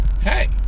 hey